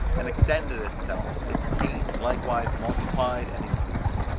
and extended itself, its pains likewise multiplied and increased.